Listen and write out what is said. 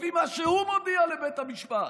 לפי מה שהוא מודיע לבית המשפט.